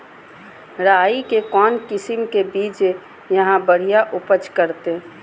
राई के कौन किसिम के बिज यहा बड़िया उपज करते?